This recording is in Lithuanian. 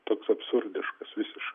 toks absurdiškas visiškai